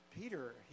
Peter